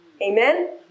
Amen